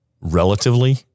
relatively